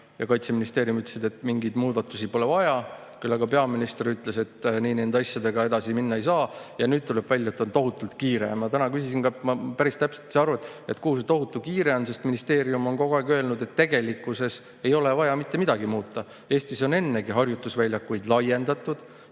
ja Kaitseministeerium ütlesid [enne], et mingeid muudatusi pole vaja, küll aga peaminister ütles, et nii nende asjadega edasi minna ei saa. Ja nüüd tuleb välja, et on tohutult kiire. Ma täna küsisin ka, et ma päris täpselt ei saa aru, kuhu see tohutu kiire on, sest ministeerium on kogu aeg öelnud, et tegelikkuses ei ole vaja mitte midagi muuta. Eestis on ennegi harjutusvälju laiendatud